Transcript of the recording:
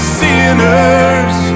sinners